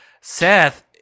Seth